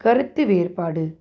கருத்து வேறுபாடு